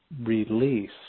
release